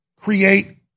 create